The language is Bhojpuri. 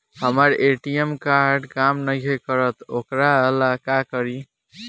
हमर ए.टी.एम कार्ड काम नईखे करत वोकरा ला का करी?